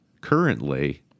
Currently